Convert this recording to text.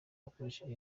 wakoresheje